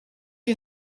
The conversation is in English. you